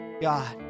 God